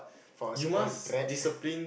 for a spoiled brat